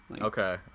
okay